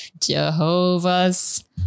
Jehovah's